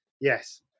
Yes